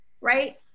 right